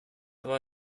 war